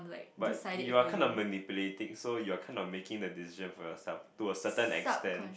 but you are kinda manipulating so you are kind of making the decision for yourself to a certain extent